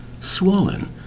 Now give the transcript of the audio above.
Swollen